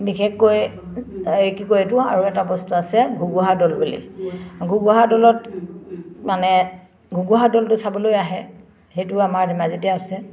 বিশেষকৈ এই কি কয় এইটো আৰু এটা বস্তু আছে ঘুগুহা দল বুলি ঘগুহা দলত মানে ঘুগুহাৰ দলটো চাবলৈ আহে সেইটো আমাৰ ধেমাজিতে আছে